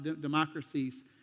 democracies